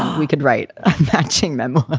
we could write matching them. ah